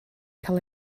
cael